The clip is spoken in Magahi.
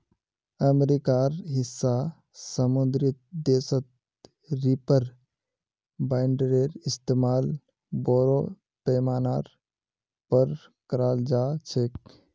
अमेरिकार हिस्सा समृद्ध देशत रीपर बाइंडरेर इस्तमाल बोरो पैमानार पर कराल जा छेक